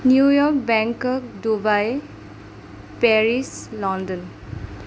New York Bangkok Dubai Paris London